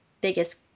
biggest